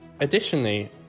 Additionally